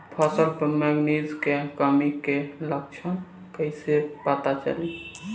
फसल पर मैगनीज के कमी के लक्षण कईसे पता चली?